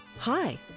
Hi